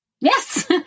yes